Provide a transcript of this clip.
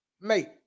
mate